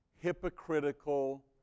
hypocritical